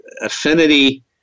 affinity